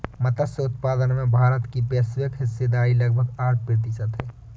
मत्स्य उत्पादन में भारत की वैश्विक हिस्सेदारी लगभग आठ प्रतिशत है